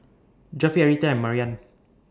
Jeffery Arietta and Mariann